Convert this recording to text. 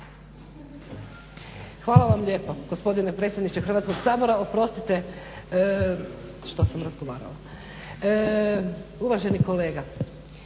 Hvala vam lijepo gospodine predsjedniče Hrvatskog sabora. Oprostite što sam razgovarala. Uvaženi kolega,